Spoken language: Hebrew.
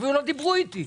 אפילו לא דיברו איתי.